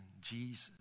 Jesus